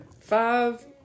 five